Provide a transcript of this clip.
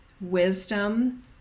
wisdom